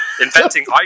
Inventing